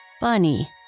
Bunny